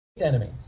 enemies